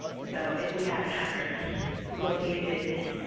so if we had an address located